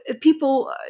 people